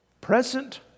present